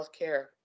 healthcare